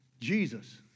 Jesus